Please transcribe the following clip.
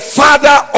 father